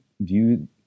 view